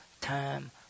time